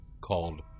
called